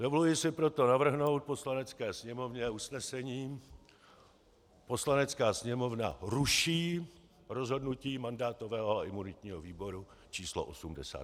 Dovoluji si proto navrhnout Poslanecké sněmovně usnesení: Poslanecká sněmovna ruší rozhodnutí mandátového a imunitního výboru číslo 82.